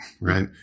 right